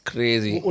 Crazy